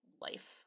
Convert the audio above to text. life